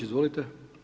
Izvolite.